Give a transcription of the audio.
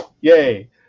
Yay